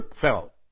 fell